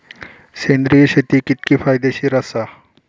सेंद्रिय शेती कितकी फायदेशीर आसा?